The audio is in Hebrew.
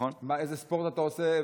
איזה ספורט אתה עושה,